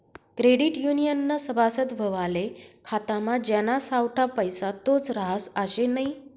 credit युनियननं सभासद व्हवाले खातामा ज्याना सावठा पैसा तोच रहास आशे नै